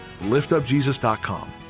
liftupjesus.com